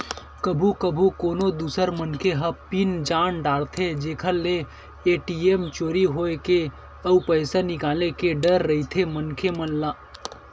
कभू कभू कोनो दूसर मनखे ह पिन जान डारथे जेखर ले ए.टी.एम चोरी होए के अउ पइसा निकाले के डर रहिथे मनखे मन ल